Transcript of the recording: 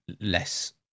less